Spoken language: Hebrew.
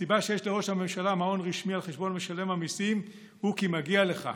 הסיבה שיש לראש הממשלה מעון רשמי על חשבון משלם המיסים הוא כי מגיע לך,